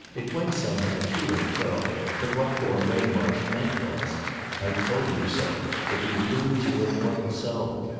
it went somehow to and fro that what poor waymarsh meant was i told you so that you'd lose your immortal soul!